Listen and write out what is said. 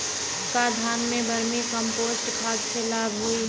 का धान में वर्मी कंपोस्ट खाद से लाभ होई?